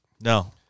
No